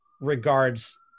regards